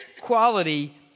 quality